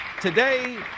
Today